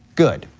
good,